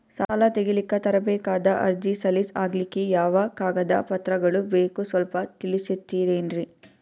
ಸಾಲ ತೆಗಿಲಿಕ್ಕ ತರಬೇಕಾದ ಅರ್ಜಿ ಸಲೀಸ್ ಆಗ್ಲಿಕ್ಕಿ ಯಾವ ಕಾಗದ ಪತ್ರಗಳು ಬೇಕು ಸ್ವಲ್ಪ ತಿಳಿಸತಿರೆನ್ರಿ?